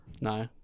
No